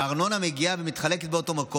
והארנונה מגיעה לאותו מקום.